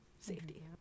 Safety